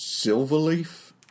silverleaf